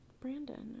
Brandon